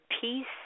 peace